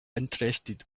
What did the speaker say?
interested